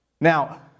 Now